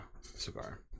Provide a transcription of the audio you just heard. cigar